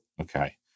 Okay